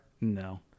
No